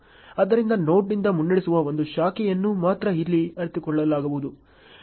ಆದ್ದರಿಂದ ನೋಡ್ನಿಂದ ಮುನ್ನಡೆಸುವ ಒಂದು ಶಾಖೆಯನ್ನು ಮಾತ್ರ ಇಲ್ಲಿ ಅರಿತುಕೊಳ್ಳಲಾಗುವುದು